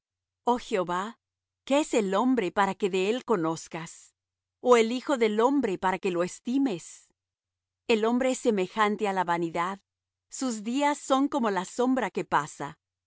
oh jehová qué es el hombre para que de él conozcas o el hijo del hombre para que lo estimes el hombre es semejante á la vanidad sus días son como la sombra que pasa